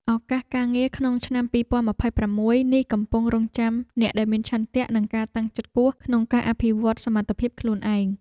ឱកាសការងារក្នុងឆ្នាំ ២០២៦ នេះកំពុងរង់ចាំអ្នកដែលមានឆន្ទៈ និងការតាំងចិត្តខ្ពស់ក្នុងការអភិវឌ្ឍសមត្ថភាពខ្លួនឯង។